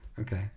Okay